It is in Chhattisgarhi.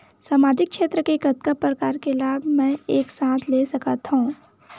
सामाजिक क्षेत्र के कतका प्रकार के लाभ मै एक साथ ले सकथव?